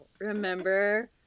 Remember